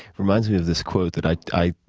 reminds me of this quote that i i